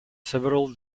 several